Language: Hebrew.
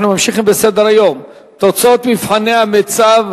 אנחנו ממשיכים בסדר-היום: תוצאות מבחני המיצ"ב: